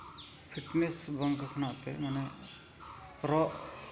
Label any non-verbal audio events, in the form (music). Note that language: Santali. ᱯᱷᱤᱴᱱᱮᱥ (unintelligible) ᱢᱟᱱᱮ ᱨᱚᱜ